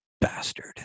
bastard